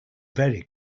very